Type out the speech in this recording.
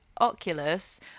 Oculus